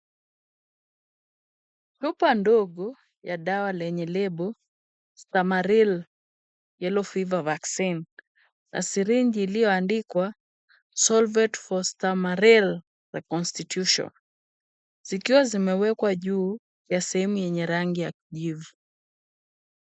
Chupa ndogo ya dawa lenye lebo Stamaril yellow fever vaccine na syringe iliyoandikwa solvet phostamaril reconstitution zikiwa zimewekwa juu ya sehemu yenye rangi ya kijivu.